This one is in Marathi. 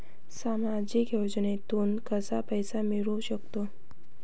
सामाजिक योजनेतून कसा पैसा मिळू सकतो?